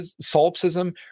solipsism